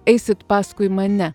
eisit paskui mane